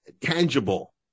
tangible